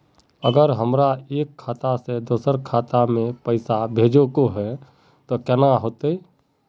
अगर हमरा एक खाता से दोसर खाता में पैसा भेजोहो के है तो केना होते है?